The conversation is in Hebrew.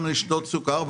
קשה לעבור מסוכר למים,